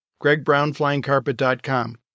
gregbrownflyingcarpet.com